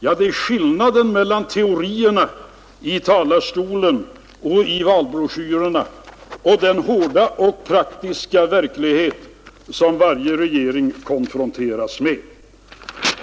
Det är skillnaden mellan teorierna som man framför i talarstolen och valbroschyrerna och den hårda och praktiska verklighet som varje regering konfronteras med.